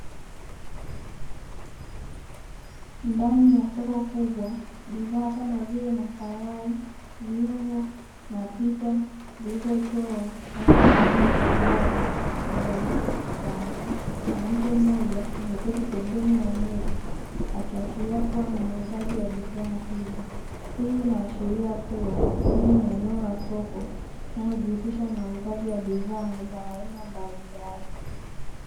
Ndani ya soko kubwa badhaa kama vile: makarai, vyungu na picha zilizochorwa viatu vya aina mbalimbali. Mwanamke mmoja ameketi pembeni ya meza akiashiria kuwa ni muuzaji wa bidhaa hizo. Hii inaashiria kuwa, hili ni eneo la soko linalijihusisha na uuzaji wa bidhaa za aina mbalimbali.